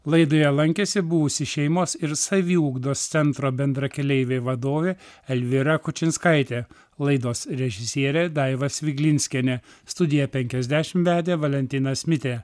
laidoje lankėsi buvusi šeimos ir saviugdos centro bendrakeleiviai vadovė elvyra kučinskaitė laidos režisierė daiva sviglinskienė studiją penkiasdešim vedė valentinas mitė